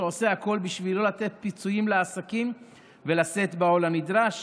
שעושה הכול בשביל לא לתת פיצויים לעסקים ולשאת בעול הנדרש